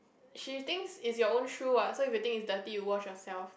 she thinks it's your own shoe what so if you think it's dirty you wash yourself